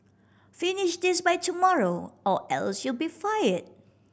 finish this by tomorrow or else you'll be fired